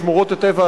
שמורות טבע,